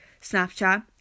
Snapchat